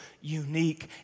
unique